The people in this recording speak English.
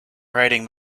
writing